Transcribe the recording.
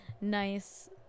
nice